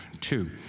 two